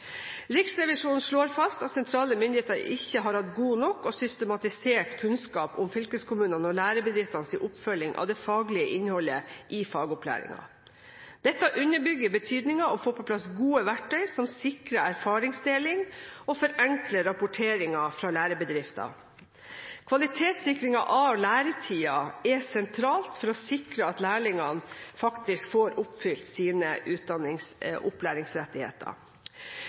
Riksrevisjonen slår fast at sentrale myndigheter ikke har hatt god nok og systematisert kunnskap om fylkeskommunenes og lærebedriftenes oppfølging av det faglige innholdet i fagopplæringen. Dette underbygger betydningen av å få på plass gode verktøy som sikrer erfaringsdeling og forenkler rapporteringen for lærebedriftene. Kvalitetssikringen av læretiden er sentralt for å sikre at lærlingene faktisk får oppfylt sine